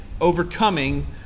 Overcoming